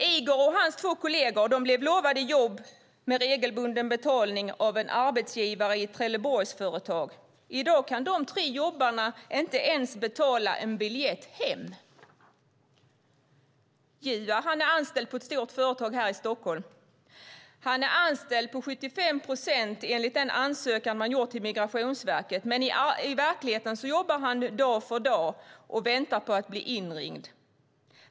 Igor och hans två kolleger blev lovade jobb med regelbunden betalning av en arbetsgivare i ett Trelleborgsföretag. I dag kan de tre jobbarna inte ens betala en biljett hem. Juao är anställd på ett stort företag här i Stockholm. Han är anställd på 75 procent enligt den ansökan man gjort till Migrationsverket. Men i verkligheten jobbar han dag för dag och väntar på att bli inringd.